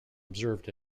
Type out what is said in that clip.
observed